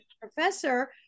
professor